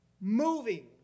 moving